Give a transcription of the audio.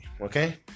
Okay